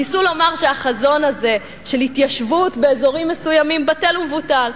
ניסו לומר שהחזון הזה של התיישבות באזורים מסוימים בטל ומבוטל.